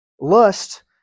Lust